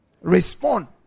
Respond